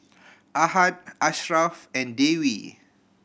Ahad Ashraff and Dewi